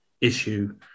issue